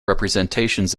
representations